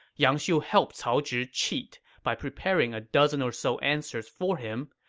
yang xiu helped cao zhi cheat by preparing a dozen or so answers for him,